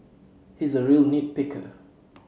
he is a real nit picker